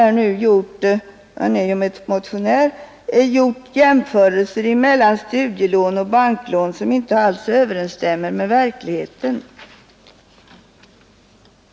Liksom motionärerna i ämnet har reservanterna gjort jämförelser mellan studielån och banklån som inte alls överensstämmer med verkligheten.